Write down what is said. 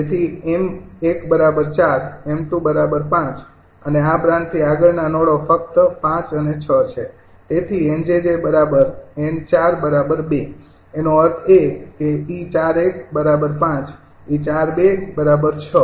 તેથી 𝑚૧ ૪ 𝑚૨ ૫ અને આ બ્રાન્ચ થી આગળના નોડો ફક્ત ૫ અને ૬ છે તેથી 𝑁𝑗𝑗 𝑁૪ ૨ તેનો અર્થ એ કે 𝑒૪૧ ૫ 𝑒૪૨ ૬